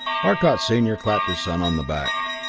arcot senior clapped his son on the back.